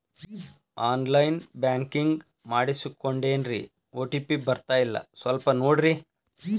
on line banking ಮಾಡಿಸ್ಕೊಂಡೇನ್ರಿ OTP ಬರ್ತಾಯಿಲ್ಲ ಸ್ವಲ್ಪ ನೋಡ್ರಿ